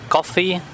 Coffee